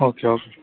okay okay